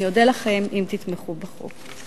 אני אודה לכם אם תתמכו בחוק.